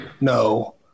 no